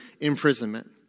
imprisonment